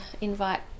invite